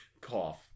cough